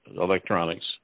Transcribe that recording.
electronics